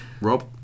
rob